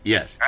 Yes